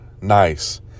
nice